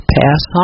pass